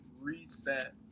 reset